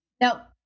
Now